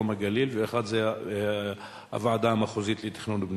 אחד זה מרום-הגליל ואחד זה הוועדה המחוזית לתכנון ובנייה.